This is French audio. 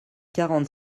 quarante